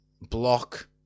block